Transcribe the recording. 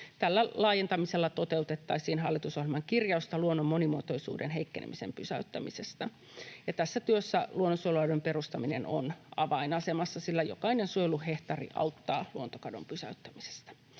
Tällä laajentamisella toteutettaisiin hallitusohjelman kirjausta luonnon monimuotoisuuden heikkenemisen pysäyttämisestä. Tässä työssä luonnonsuojelualueiden perustaminen on avainasemassa, sillä jokainen suojeluhehtaari auttaa luontokadon pysäyttämisessä.